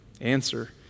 Answer